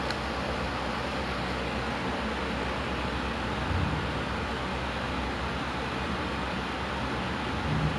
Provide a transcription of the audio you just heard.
like uh previously there were like some people who say like I I wouldn't look nice with pink hair ya will look like